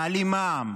מעלים מע"מ,